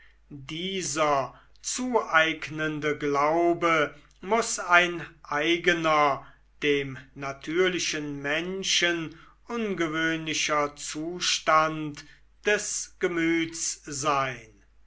dieser zu eignende glaube muß ein eigener dem natürlichen menschen ungewöhnlicher zustand des gemüts sein